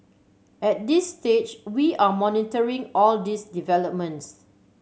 at this stage we are monitoring all these developments